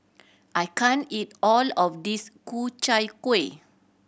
I can't eat all of this Ku Chai Kueh